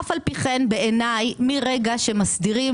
אף על פי כן, בעיניי מרגע שמסדירים